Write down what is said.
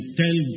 tell